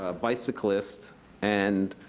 ah bicyclists and